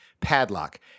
padlock